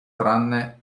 tranne